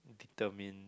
determined